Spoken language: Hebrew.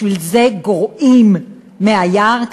בשביל זה גורעים מהיער?